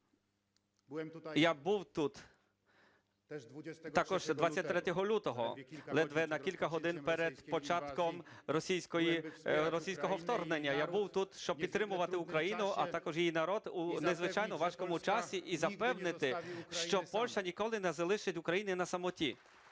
Я був тут також 23 лютого, ледве на кілька годин перед початком російського вторгнення. Я був тут, щоб підтримати Україну, а також її народ у надзвичайно важкий час, і запевнити, що Польща ніколи не залишить Україну на самоті.